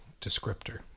descriptor